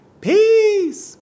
peace